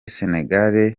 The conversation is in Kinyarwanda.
senegal